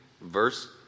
verse